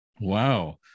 wow